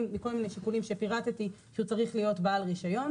מכל מיני שיקולים שפירטתי שהוא צריך להיות בעל רישיון,